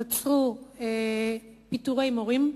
נוצרו פיטורי מורים,